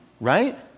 right